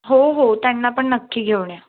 हो हो त्यांना पण नक्की घेऊन या